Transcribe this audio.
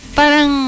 parang